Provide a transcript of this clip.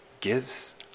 gives